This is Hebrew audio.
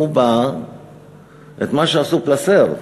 את מה שעשו פלסתר מהשוויון,